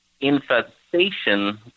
infestation